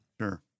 Sure